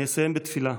אני אסיים בתפילה: